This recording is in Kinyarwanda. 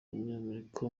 umunyamerika